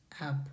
up